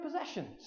possessions